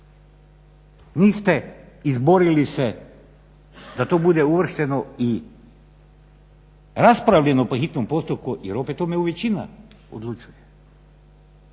niste izborili se da to bude uvršteno i raspravljeno po hitnom postupku jer opet o tome većina odlučuje.